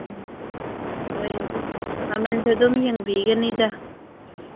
ꯎꯝ ꯍꯣꯏ ꯑꯗꯣ ꯃꯃꯜꯁꯨ ꯑꯗꯨꯝ ꯌꯦꯡꯕꯤꯒꯅꯤꯗ